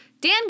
Dan